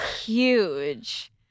huge